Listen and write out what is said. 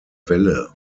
welle